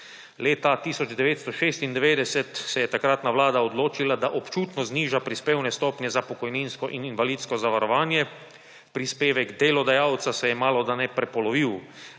Leta 1996 se je takratna vlada odločila, da občutno zniža prispevne stopnje za pokojninsko in invalidsko zavarovanje, prispevek delodajalca se je malodane prepolovil.